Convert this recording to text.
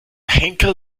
henker